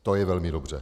To je velmi dobře.